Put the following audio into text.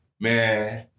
man